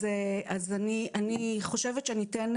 אני חושבת שאני אתן